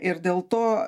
ir dėl to